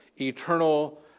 eternal